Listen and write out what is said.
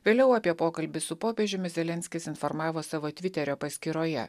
vėliau apie pokalbį su popiežiumi zelenskis informavo savo tviterio paskyroje